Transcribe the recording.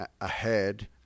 ahead